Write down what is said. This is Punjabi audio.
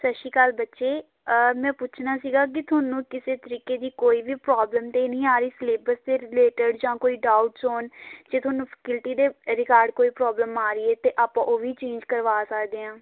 ਸਤਿ ਸ਼੍ਰੀ ਅਕਾਲ ਬੱਚੇ ਮੈਂ ਪੁੱਛਣਾ ਸੀਗਾ ਕਿ ਤੁਹਾਨੂੰ ਕਿਸੇ ਤਰੀਕੇ ਦੀ ਕੋਈ ਵੀ ਪ੍ਰੋਬਲਮ ਤਾਂ ਨਹੀਂ ਆ ਰਹੀ ਸਿਲੇਬਸ ਦੇ ਰਿਲੇਟਡ ਜਾਂ ਕੋਈ ਡਾਊਟਸ ਹੋਣ ਜੇ ਤੁਹਾਨੂੰ ਫਕਿਲਟੀ ਦੇ ਰਿਗਾਰਡ ਕੋਈ ਪ੍ਰੋਬਲਮ ਆ ਰਹੀ ਹੈ ਤਾਂ ਆਪਾਂ ਉਹ ਵੀ ਚੇਂਜ ਕਰਵਾ ਸਕਦੇ ਹਾਂ